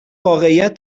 واقعیت